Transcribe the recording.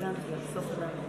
יכולה להמשיך.